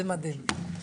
זה מדהים.